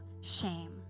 shame